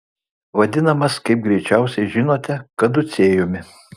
vadinamas kaip greičiausiai žinote kaducėjumi